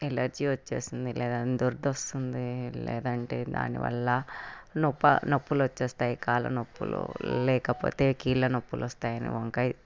allergy వస్తుంది లేదంటే దురద వస్తుంది లేదంటే దానివల్ల నొప్పు నొప్పులు వస్తాయి కాళ్ళనొప్పులు లేకపోతే కీళ్ళ నొప్పులు వస్తాయి అని వంకాయ